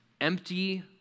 Empty